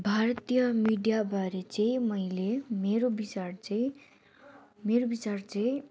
भारतीय मिडियाबारे चाहिँ मैले मेरो विचार चाहिँ मेरो विचार चाहिँ